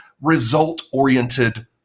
result-oriented